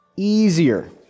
easier